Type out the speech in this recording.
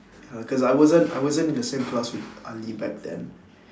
uh cause I wasn't I wasn't in the same class with ali back then